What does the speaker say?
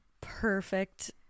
perfect